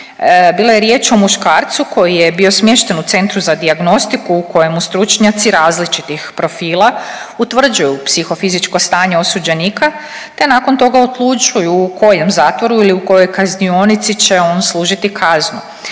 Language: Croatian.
Bila je riječ o muškarcu koji je bio smješten u Centru za dijagnostiku u kojemu stručnjaci različitih profila utvrđuju psihofizičko stanje osuđenika, te nakon toga odlučuju u kojem zatvoru ili u kojoj kaznionici će on služiti kaznu.